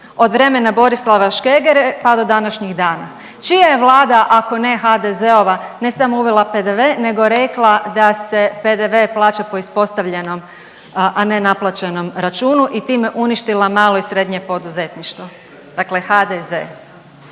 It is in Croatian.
od vremena Borislava Škegre pa do današnjih dana. Čija je vlada ako ne HDZ-ova ne samo uvela PDV nego rekla da se PDV plaća po ispostavljenom, a ne naplaćenom računu i time uništila malo i srednje poduzetništvo. Dakle, HDZ